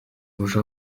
uje